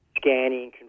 Scanning